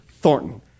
Thornton